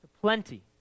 plenty